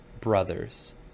brothers